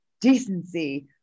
decency